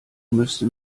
müsste